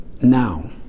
now